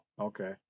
okay